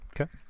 Okay